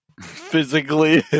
Physically